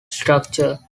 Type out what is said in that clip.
structure